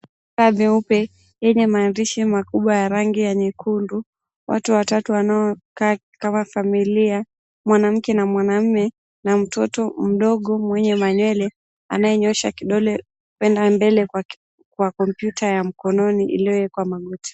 Vifaa vyeupe yenye maandishi makubwa ya rangi ya nyekundu, watu watatu wanaokaa kama familia, mwanamke na mwanaume na mtoto mdogo mwenye manywele anayenyoosha kidole kuenda mbele kwa kompyuta ya mkononi iliyowekwa magotini.